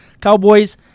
Cowboys